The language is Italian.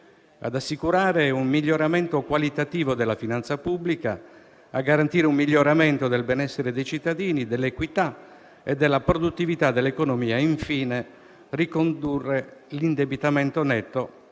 ad assicurare un miglioramento qualitativo della finanza pubblica, a garantire un miglioramento del benessere dei cittadini, dell'equità e della produttività dell'economia; infine, saranno volti a ricondurre l'indebitamento netto